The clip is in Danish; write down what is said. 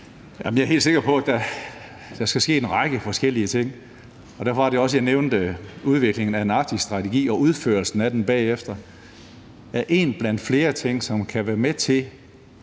jeg er helt sikker på, at der skal ske en række forskellige ting. Derfor var det også, jeg nævnte udviklingen af en Arktisstrategi og udførelsen af den bagefter som en blandt flere ting, som kan være med til